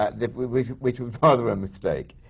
ah which which was rather a mistake.